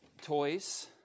toys